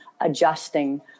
adjusting